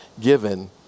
given